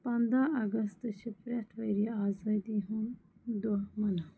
پنٛداہ اگَستہٕ چھِ پرٮ۪تھ ؤریہِ آزٲدی ہُںٛد دۄہ مَناوان